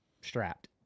strapped